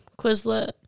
Quizlet